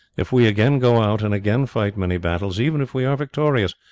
if we again go out and again fight many battles, even if we are victorious,